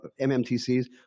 mmtc's